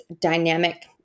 dynamic